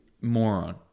Moron